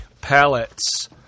pallets